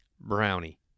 brownie